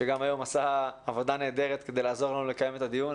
שגם היום עשה עבודה נהדרת כדי לעזור לנו לקיים את הדיון,